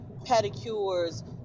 pedicures